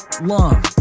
Love